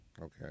okay